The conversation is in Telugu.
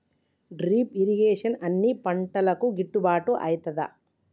డ్రిప్ ఇరిగేషన్ అన్ని పంటలకు గిట్టుబాటు ఐతదా?